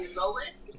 lowest